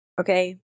Okay